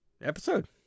Episode